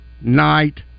Night